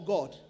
God